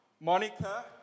Monica